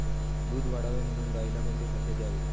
दूध वाढावे म्हणून गाईला कोणते खाद्य द्यावे?